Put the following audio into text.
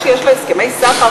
גם כשיש לה הסכמי סחר,